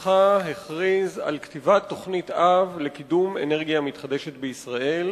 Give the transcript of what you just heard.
משרדך הכריז על כתיבת תוכנית-אב לקידום אנרגיה מתחדשת בישראל,